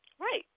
Right